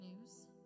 news